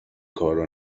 کارو